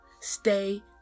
Stay